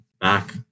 back